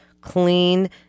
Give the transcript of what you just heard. clean